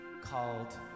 called